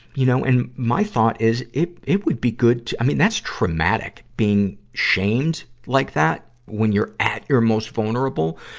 you know, and my thought is, it, it would be good to, i mean, that's traumatic, being shamed like that, when you're at your most vulnerable.